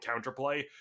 counterplay